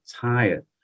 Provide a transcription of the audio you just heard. tired